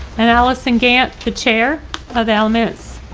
and alison gant, the chair of elements,